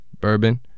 bourbon